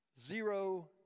zero